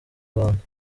rwanda